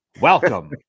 Welcome